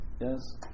yes